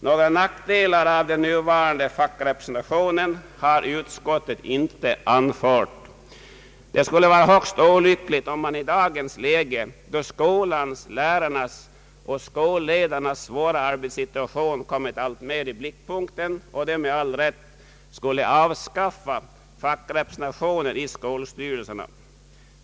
Några nackdelar av den nuvarande fackrepresentationen har utskottet inte anfört. Det skulle vara högst olyckligt om man i dagens läge, då skolans, lärarnas och skolledarnas svåra arbetssituation kommit alltmer i blickpunkten — och det med all rätt — skulle avskaffa fackrepresentationen i skolstyrelserna.